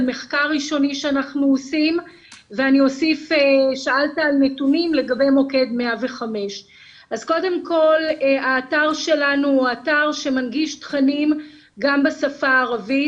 מחקר ראשוני שאנחנו עושים ושאלת על נתונים לגבי מוקד 105. אז קודם כל האתר שלנו הוא אתר שמנגיש תכנים גם בשפה הערבית,